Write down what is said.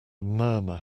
murmur